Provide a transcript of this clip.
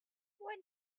when